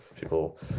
people